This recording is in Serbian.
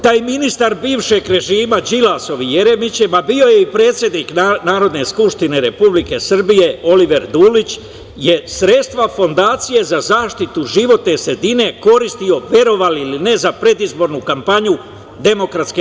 Taj ministar bivšeg režima, Đilasov i Jeremićev, a bio je i predsednik Narodne skupštine Republike Srbije, Oliver Dulić, je sredstva Fondacije za zaštitu životne sredine koristio, verovali ili ne, za predizbornu kampanju DS.